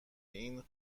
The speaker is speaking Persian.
این